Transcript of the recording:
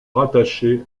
rattachée